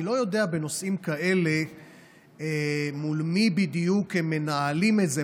אני לא יודע בנושאים כאלה מול מי בדיוק הם מנהלים את זה,